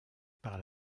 par